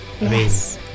Yes